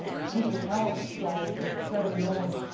simple elements. so the seven known,